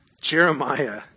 Jeremiah